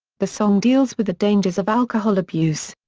the song deals with the dangers of alcohol abuse.